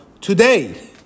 today